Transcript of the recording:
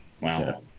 Wow